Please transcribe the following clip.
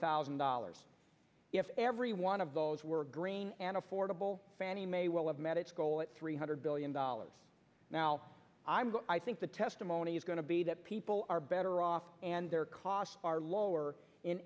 thousand dollars if every one of those were green and affordable fannie may well have met its goal of three hundred billion dollars now i'm i think the testimony is going to be that people are better off and their costs are lower in